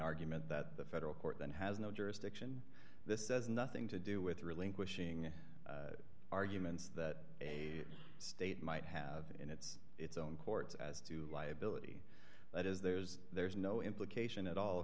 argument that the federal court has no jurisdiction this says nothing to do with relinquishing arguments that a state might have in its its own courts as to liability that is there's there's no implication at all